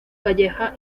calleja